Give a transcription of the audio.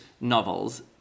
novels